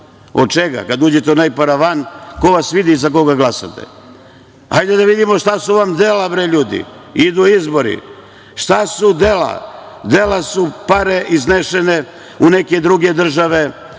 Čega? Kada uđete u onaj paravan, ko vas vidi za koga glasate? Hajde da vidimo šta su vam dela, ljudi. Idu izbori. Šta su dela? Dela su pare iznete u neke druge države.